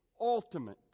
ultimate